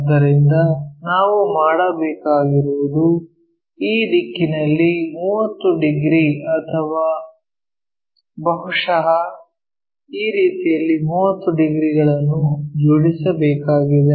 ಆದ್ದರಿಂದ ನಾವು ಮಾಡಬೇಕಾಗಿರುವುದು ಈ ದಿಕ್ಕಿನಲ್ಲಿ 30 ಡಿಗ್ರಿ ಅಥವಾ ಬಹುಶಃ ಈ ರೀತಿಯಲ್ಲಿ 30 ಡಿಗ್ರಿಗಳನ್ನು ಜೋಡಿಸಬೇಕಾಗಿದೆ